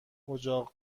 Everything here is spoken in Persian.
اجاق